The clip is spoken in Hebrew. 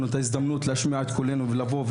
את ההזדמנות לבוא ולהשמיע את קולנו בכנסת.